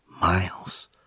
Miles